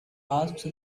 asked